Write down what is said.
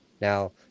Now